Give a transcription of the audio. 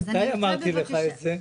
מתי אמרתי לך את זה?